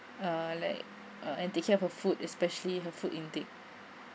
uh like uh and take care of her food especially her food intake